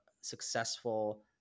successful